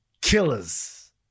killers